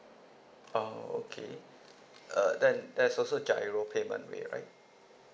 oh okay uh then there's also GIRO payment way right